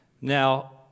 Now